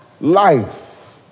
life